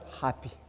happy